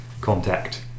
contact